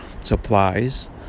supplies